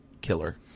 Killer